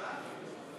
עכשיו?